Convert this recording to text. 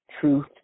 truth